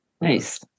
Nice